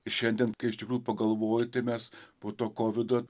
ir šiandien kai iš tikrųjų pagalvoji tai mes po to kovido